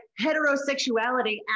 heterosexuality